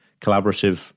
collaborative